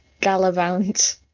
Gallivant